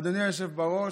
אדוני היושב בראש,